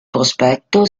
prospetto